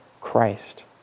Christ